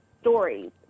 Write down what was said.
stories